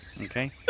Okay